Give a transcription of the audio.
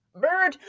bird